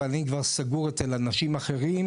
אבל אני כבר סגור אצל אנשים אחרים,